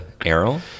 arrow